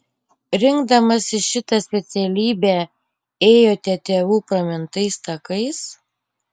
rinkdamasi šitą specialybę ėjote tėvų pramintais takais